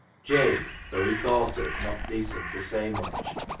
jabe, though he thought it not decent to say much,